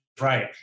right